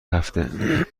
هفته